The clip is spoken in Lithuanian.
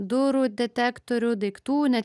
durų detektorių daiktų net